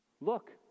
Look